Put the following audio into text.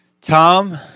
Tom